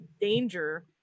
danger